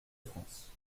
france